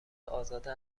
ازاده